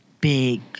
big